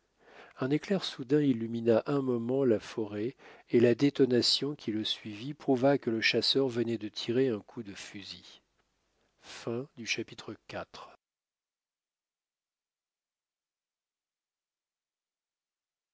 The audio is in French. un éclair soudain illumina un moment la forêt et la détonation qui le suivit prouva que le chasseur venait de tirer un coup de fusil